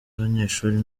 abanyeshuri